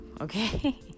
okay